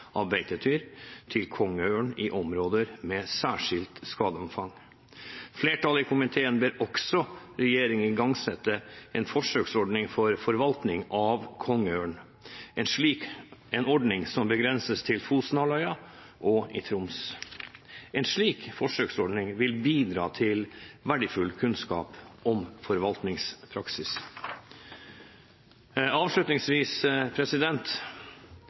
av beitedyr til kongeørn i områder med særskilt skadeomfang. Flertallet i komiteen ber også regjeringen igangsette en forsøksordning for forvaltning av kongeørn, en ordning som begrenses til Fosenhalvøya og Troms. En slik forsøksordning vil bidra til verdifull kunnskap om forvaltningspraksis. Avslutningsvis: